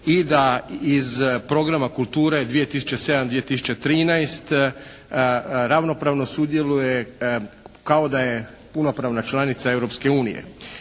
i da iz programa kulture (2007. – 2013.) ravnopravno sudjeluje kao da je punopravna članica Europske unije.